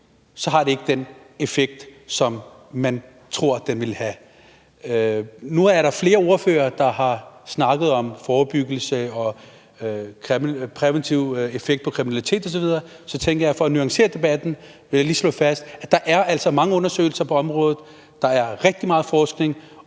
har det ikke den effekt, som man tror den ville have. Nu er der flere ordførere, der har snakket om forebyggelse og en præventiv effekt på kriminalitet osv., og jeg tænker så, at jeg for at nuancere debatten lige vil slå fast, at der altså er mange undersøgelser på området, at der er rigtig meget forskning,